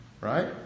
Right